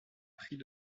pris